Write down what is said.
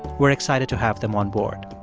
we're excited to have them on board.